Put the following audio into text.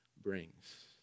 brings